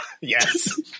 yes